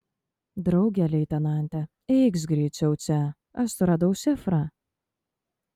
drauge leitenante eikš greičiau čia aš suradau šifrą